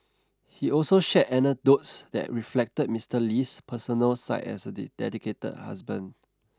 he also shared anecdotes that reflected Mister Lee's personal side as a dedicated husband